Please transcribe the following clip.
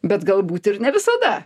bet galbūt ir ne visada